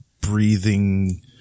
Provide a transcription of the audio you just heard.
breathing